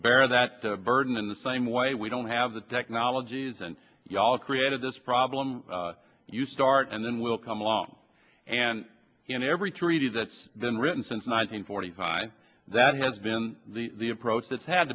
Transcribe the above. bear that burden in the same way we don't have the technologies and you all created this problem you start and then we'll come along and in every three days that's been written since nineteen forty five that has been the approach that's had